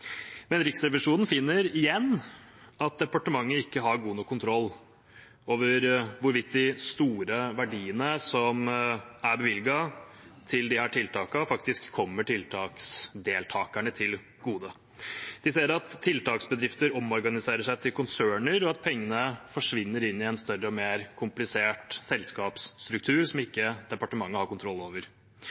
Men Riksrevisjonen finner igjen at departementet ikke har god nok kontroll over hvorvidt de store verdiene som er bevilget til disse tiltakene, faktisk kommer tiltaksdeltakerne til gode. Vi ser at tiltaksbedrifter omorganiserer seg til konserner, og at pengene forsvinner inn i en større og mer komplisert selskapsstruktur som departementet ikke har kontroll over.